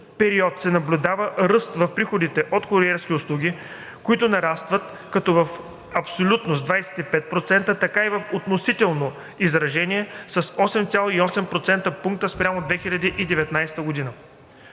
период се наблюдава ръст в приходите от куриерски услуги, които нарастват както в абсолютно – с 25%, така и в относително изражение – с 8,8 процентни пункта, спрямо 2019 г.